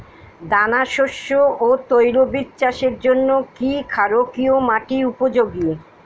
দানাশস্য ও তৈলবীজ চাষের জন্য কি ক্ষারকীয় মাটি উপযোগী?